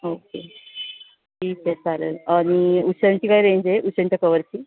okay ठीक आहे चालेल आणि उशांची काय रेंज आहे उशांच्या कवरची